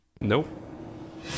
Nope